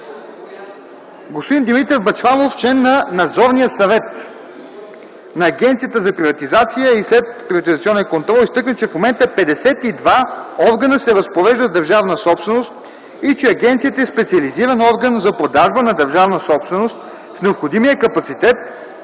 Господин Димитър Бъчваров – член на Надзорния съвет на Агенцията за приватизация и следприватизационен контрол, изтъкна, че в момента 52 органа се разпореждат с държавна собственост и че агенцията е специализиран орган за продажба на държавна собственост с необходимия капацитет